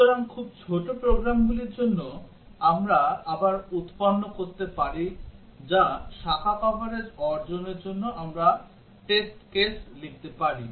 সুতরাং খুব ছোট প্রোগ্রামগুলির জন্য আমরা আবার উৎপন্ন করতে পারি বা শাখা কভারেজ অর্জনের জন্য আমরা টেস্ট কেস লিখতে পারি